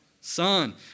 son